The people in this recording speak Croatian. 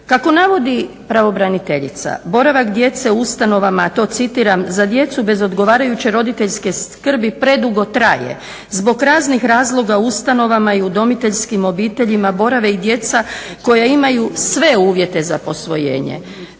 Kako navodi pravobraniteljica boravak djece u ustanovama, to citiram, za djecu bez odgovarajuće roditeljske skrbi predugo traje. Zbog raznih razloga u ustanovama i udomiteljskim obiteljima borave i djeca koja imaju sve uvjete za posvojenje.